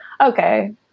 okay